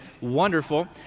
Wonderful